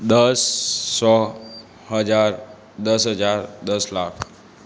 દસ સો હજાર દસ હજાર દસ લાખ